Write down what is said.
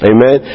Amen